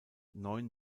neun